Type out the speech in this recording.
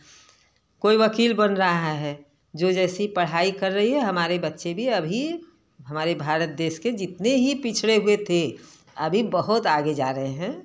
कोई वकील बन रहा है जो जैसी पढ़ाई कर रही है हमारे बच्चे भी अभी हमारे भारत देश के जितने ही पिछड़े हुए थे अभी बहुत आगे जा रहे हैं